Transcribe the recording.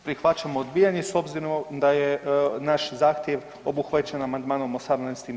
Prihvaćam odbijanje s obzirom da je naš zahtjev obuhvaćen amandmanom 18.